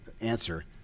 answer